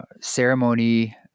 ceremony